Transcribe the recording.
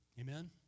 Amen